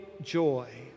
joy